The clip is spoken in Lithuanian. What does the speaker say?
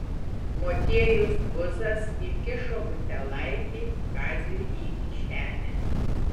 motiejus buzas įkišo butelaitį kaziui į kišenę